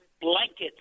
blankets